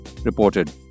reported